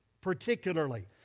particularly